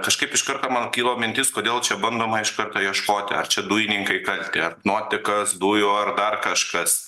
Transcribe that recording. kažkaip iš karto man kilo mintis kodėl čia bandoma iš karto ieškoti ar čia dujininkai kalti ar nuotekas dujų ar dar kažkas